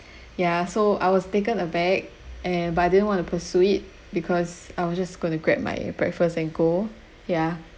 ya so I was taken aback and but I didn't want to pursue it because I was just going to grab my breakfast and go ya